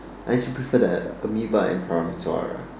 I actually prefer the Amoeba and Parameswara